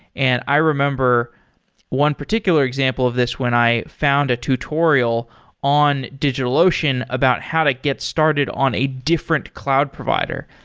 and i remember one particular example of this when i found a tutorial on digitalocean about how to get started on a different cloud provider,